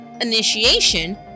initiation